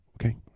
okay